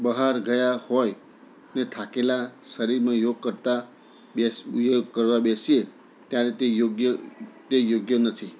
બહાર ગયા હોય ને થાકેલા શરીરમાં યોગ કરતા યોગ કરવા બેસીએ ત્યારે તે યોગ્ય તે યોગ્ય નથી